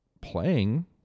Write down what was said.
playing